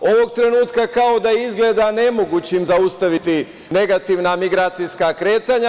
Ovog trenutka kao da je izgleda nemogućim zaustaviti negativna migracijska kretanja.